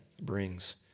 brings